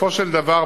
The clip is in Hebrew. בסופו של דבר,